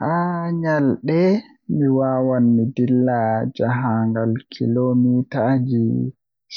Haa nyande mi wawan mi dilla jahangal kilomitaaji